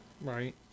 Right